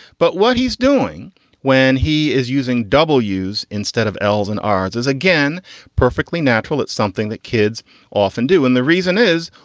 but what he's doing when he is using ws instead of als and ards is again perfectly natural. it's something that kids often do. and the reason is,